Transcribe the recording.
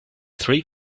three